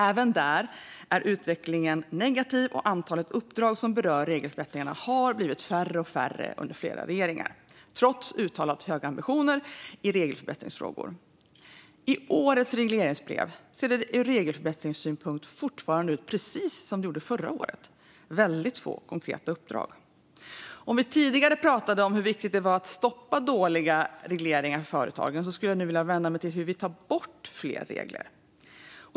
Även där är utvecklingen negativ, och antalet uppdrag som berör regelförenklingarna har blivit färre och färre under flera regeringar trots uttalat höga ambitioner i regelförenklingsfrågor. I årets regleringsbrev ser det ur regelförbättringssynpunkt fortfarande ut precis som det gjorde förra året. Det är väldigt få konkreta uppdrag. Om vi tidigare pratade om hur viktigt det var att stoppa dåliga regleringar till företagen skulle jag nu vilja vända blicken till hur vi tar bort fler regler.